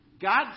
God